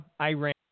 Iran